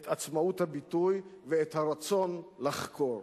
את עצמאות הביטוי ואת הרצון לחקור.